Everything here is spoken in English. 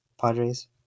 Padres